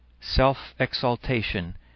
self-exaltation